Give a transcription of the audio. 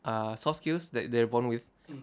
uh soft skills that they're born with